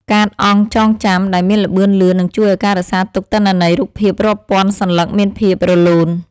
កាតអង្គចងចាំ ដែលមានល្បឿនលឿននឹងជួយឱ្យការរក្សាទុកទិន្នន័យរូបភាពរាប់ពាន់សន្លឹកមានភាពរលូន។